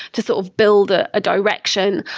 to sort of build a direction.